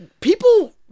people